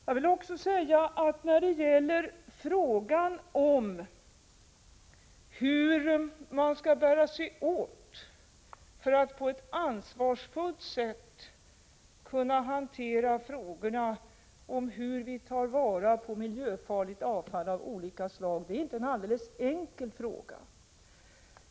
Jag vill också säga att frågan om hur man skall bära sig åt för att på ett ansvarsfullt sätt hantera frågorna om hur vi tar vara på miljöfarligt avfall av olika slag inte är någon enkel fråga.